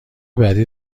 بعدی